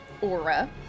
aura